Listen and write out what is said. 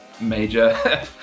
major